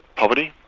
poverty,